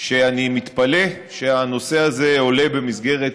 אני מתפלא שהנושא הזה עולה במסגרת